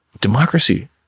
democracy